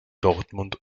dortmund